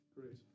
Great